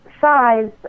size